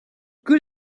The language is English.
good